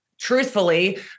truthfully